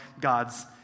God's